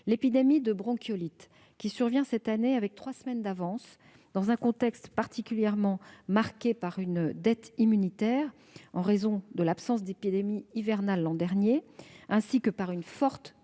L'épidémie de bronchiolite survient cette année avec trois semaines d'avance, dans un contexte particulier marqué par une dette immunitaire, en raison de l'absence d'épidémie hivernale l'an dernier, ainsi que par une forte